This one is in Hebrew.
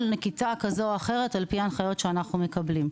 נקיטה כזו או אחרת על פי ההנחיות שאנחנו מקבלים.